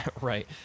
Right